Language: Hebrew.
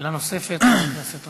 שאלה נוספת לחבר הכנסת גטאס.